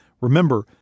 Remember